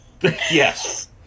yes